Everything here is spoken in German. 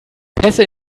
pässe